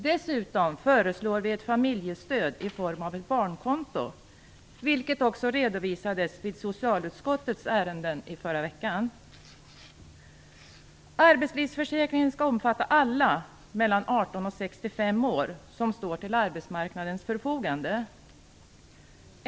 Dessutom föreslår vi ett familjestöd i form av ett barnkonto, vilket också redovisades i samband med behandlingen av socialutskottets ärenden i förra veckan. 18 och 65 år som står till arbetsmarknadens förfogande.